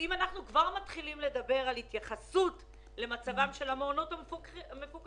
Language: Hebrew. אם אנחנו כבר מתחילים לדבר על התייחסות למצבם של המעונות המפוקחים,